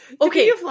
okay